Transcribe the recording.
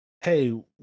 hey